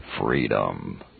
freedom